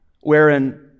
wherein